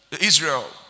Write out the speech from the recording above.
Israel